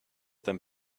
them